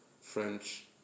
French